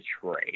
trade